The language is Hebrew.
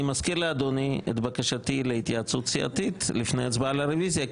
אני מזכיר לאדוני על בקשתי להתייעצות סיעתית לפני ההצבעה על הרוויזיה,